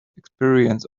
experience